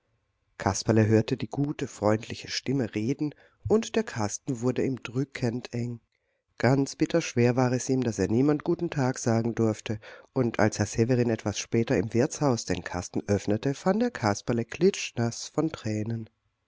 kasperle hörte die gute freundliche stimme reden und der kasten wurde ihm drückend eng ganz bitter schwer war es ihm daß er niemand guten tag sagen durfte und als herr severin etwas später im wirtshaus den kasten öffnete fand er kasperle klitschnaß von tränen